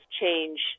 change